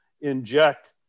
inject